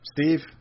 Steve